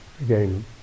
again